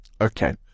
Okay